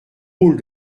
rôle